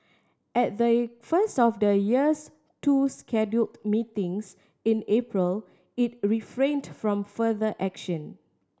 at the first of the year's two scheduled meetings in April it refrained from further action